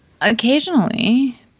occasionally